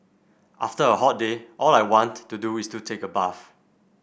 after a hot day all I want to do is to take a bath